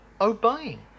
obeying